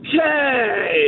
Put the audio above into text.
Okay